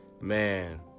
man